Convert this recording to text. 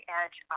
edge